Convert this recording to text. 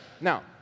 Now